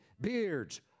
beards